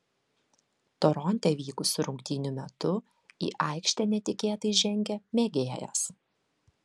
toronte vykusių rungtynių metu į aikštę netikėtai žengė mėgėjas